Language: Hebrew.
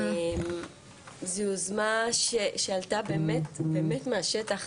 זו יוזמה שעלתה באמת מהשטח,